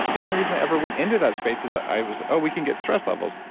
the only reason i ever went into that space is, i was oh, we can get stress levels.